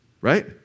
Right